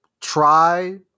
try